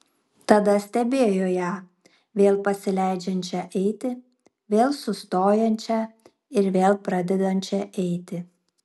tada stebėjo ją vėl pasileidžiančią eiti vėl sustojančią ir vėl pradedančią eiti